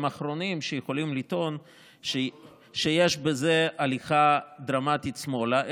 האחרונים שיכולים לטעון שיש בזה הליכה דרמטית שמאלה,